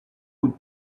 would